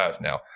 now